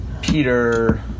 Peter